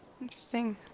Interesting